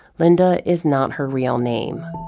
linda is not her real name.